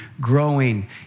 growing